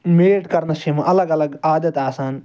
mat کَرنَس چھِ یِمن الگ الگ عادت آسان